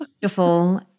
Beautiful